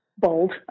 Bold